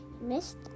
missed